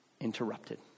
interrupted